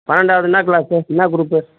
பன்னெண்டாவது என்ன க்ளாஸு என்ன க்ரூப்பு